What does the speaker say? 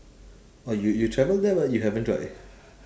oh you you travel there but you haven't try